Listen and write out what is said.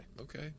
Okay